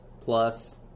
plus